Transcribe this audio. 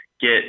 get